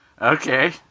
Okay